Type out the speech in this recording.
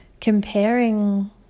comparing